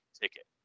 ticket